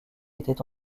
étaient